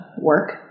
work